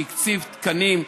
שהקציב תקנים,